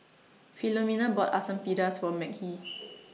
Philomena bought Asam Pedas For Mekhi